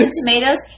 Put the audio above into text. tomatoes